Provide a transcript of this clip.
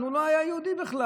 הוא לא היה יהודי בכלל.